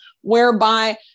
whereby